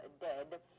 dead